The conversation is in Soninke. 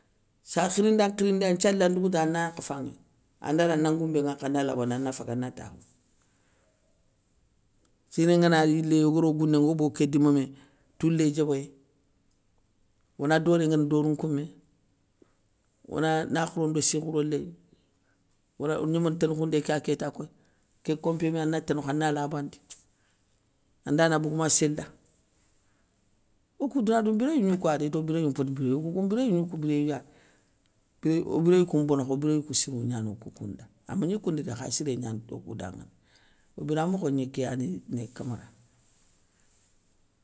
Safirinda nkhirindé, an nthiali an ndougouta ana yankha fanŋéŋa, anda ri ana ngoumbé nŋwankhi ana labandi ana faga ana takhoundi. Siné ngana yilé ogo gounéŋa ogo bogou ké dima mé, toulé diébéyé, ona doré ngana dorou nkoumé, ona na khouro ndo si khouro léy, ona one gnamana ténékhoundé kéya kéta koye, ké kompé mé ana ténékhou ana labandi, anda na bogou ma séla, okou douna dou mbiréyou gni kouyadé ito biréyou mpéti biréyou, okou koun mbiréyou gni kou biréyou ya dé, biré o biréyou kouma bono kha o biréyou kou sirou gnani okou koun nda, amagni koundou dé khassiré tokou koun danŋané. O biramokho gni kéyani né kamara.